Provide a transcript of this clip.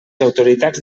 autoritats